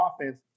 offense